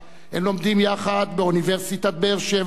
הם לומדים יחד באוניברסיטת באר-שבע,